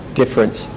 difference